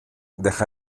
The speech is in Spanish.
deja